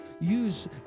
use